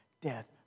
Death